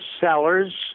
Sellers